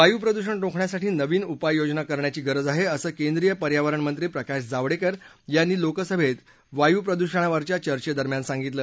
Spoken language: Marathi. वायुप्रदूषण रोखण्यासाठी नवीन उपाय योजना करण्याची गरज आहे असं केंद्रीय पर्यावरणमंत्री प्रकाश जावडेकर यांनी लोकसभेत वायू प्रदृषणावरील चर्चेदरम्यान सांगितलं